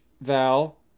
Val